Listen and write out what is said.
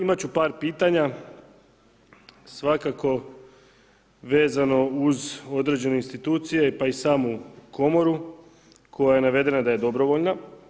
Imat ću par pitanja, svakako vezano uz određene institucije, pa i samu komoru koja je navedena da je dobrovoljna.